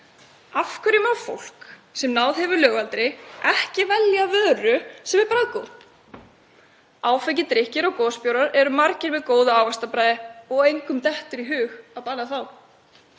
Af hverju má fólk sem náð hefur lögaldri ekki velja vöru sem er bragðgóð? Áfengir drykkir og gosbjórar eru margir með góðu ávaxtabragði og engum dettur í hug að banna þá.